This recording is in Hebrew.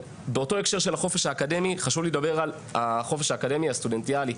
באותו הקשר של החופש האקדמי חשוב לי לדבר על החופש האקדמי הסטודנטיאלי.